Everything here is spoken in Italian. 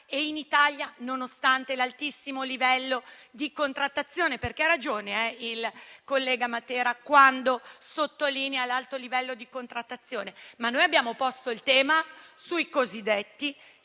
in Italia, nonostante l'altissimo livello di contrattazione. Ha ragione il collega Matera quando sottolinea l'alto livello di contrattazione, ma noi abbiamo posto il tema sui cosiddetti salari